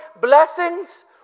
blessings